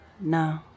No